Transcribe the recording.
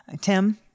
Tim